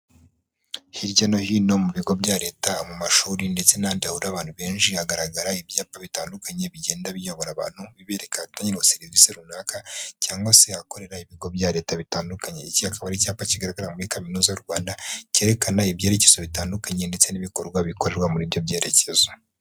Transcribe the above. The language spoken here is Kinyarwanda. Hirya no hino mu bigo bya leta mu mashuri ndetse n'ahandi hahurira abantu benshi, hagaragara ibyapa bitandukanye bigenda biyobora abantu bibereka ahatangirwa serivisi runaka, cyangwa se ahakorera ibigo bya leta bitandukanye. Iki kikaba ari icyapa kigaragara muri Kaminuza y'u Rwanda cyerekana ibyerekezo bitandukanye ndetse n'ibikorwa bikorerwa muri ibyo byerekezo.